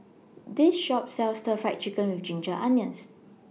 This Shop sells Stir Fried Chicken with Ginger Onions